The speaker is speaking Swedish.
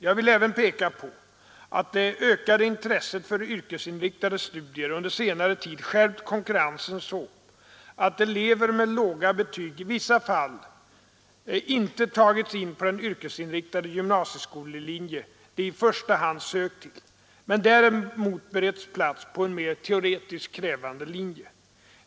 ”Jag vill även peka på att det ökade intresset för yrkesinriktade studier under senare tid skärpt konkurrensen så att elever med låga betyg i vissa fall inte tagits in på den yrkesinriktade gymnasieskolelinje de i första hand sökt till men däremot beretts plats på en mer teoretiskt krävande linje.